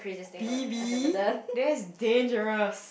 B_B that is dangerous